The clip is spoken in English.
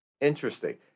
Interesting